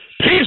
peace